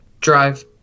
Drive